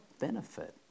benefit